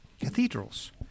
cathedrals